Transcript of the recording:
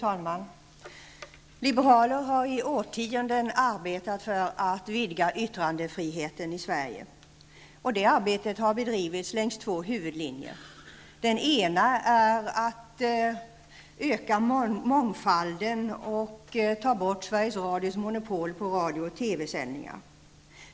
Fru talman! Liberaler har i årtionden arbetat för att vidga yttrandefriheten i Sverige, och det arbetet har bedrivits längs två huvudlinjer. Den ena är att öka mångfalden och ta bort Sveriges Radios monopol på radio och TV sändningar.